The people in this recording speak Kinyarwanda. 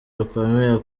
rukomeye